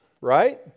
right